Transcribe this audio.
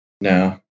No